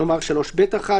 נאמר 3ב1,